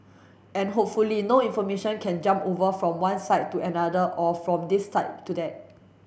and hopefully no information can jump over from one side to another or from this side to that